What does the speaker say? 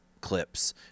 clips